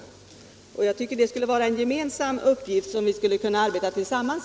Jag tycker det skulle vara en uppgift som vi skulle kunna arbeta för tillsammans.